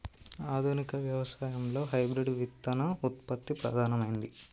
ఆధునిక వ్యవసాయం లో హైబ్రిడ్ విత్తన ఉత్పత్తి ప్రధానమైంది